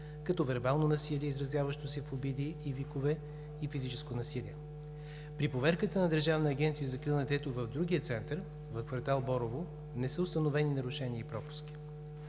като вербално насилие, изразяващо се в обиди и викове, и физическо насилие. При проверката на Държавната агенция за закрила на детето в другия Център – в квартал „Борово“, не са установени нарушения и пропуски.